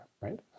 right